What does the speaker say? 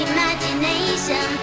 Imagination